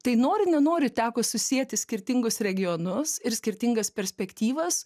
tai nori nenori teko susieti skirtingus regionus ir skirtingas perspektyvas